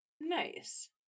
Nice